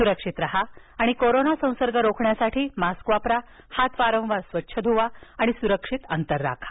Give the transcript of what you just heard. सुक्षित राहा आणि कोरोना संसर्ग रोखण्यासाठी मास्क वापरा हात वारंवार स्वच्छ धुवा आणि सुरक्षित अंतर राखा